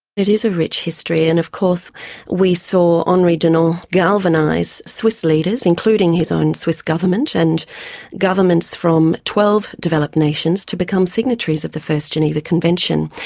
it is a rich history and of course we saw henri dunant galvanise swiss leaders, including his own swiss government and governments from twelve developed nations, to become signatories of the first geneva convention,